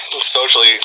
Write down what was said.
socially